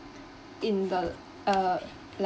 in the uh